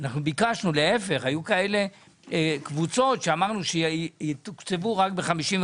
להפך, ביקשנו לגבי קבוצות שיתוקצבו רק ב-55%,